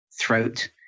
throat